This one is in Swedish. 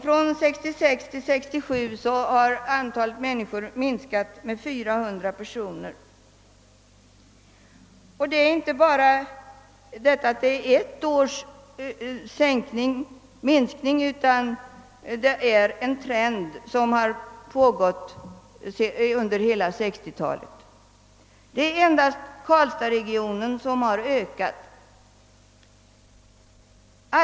Från 1966 till 1967 minskade antalet invånare med 400 personer. Trenden har pågått under hela 1960-talet. Det är endast Karlstadsregionen som har ökat sitt invånarantal.